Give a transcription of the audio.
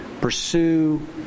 pursue